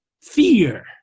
Fear